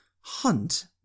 hunt